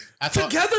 Together